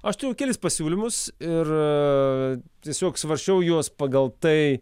aš turiu kelis pasiūlymus ir tiesiog svarsčiau juos pagal tai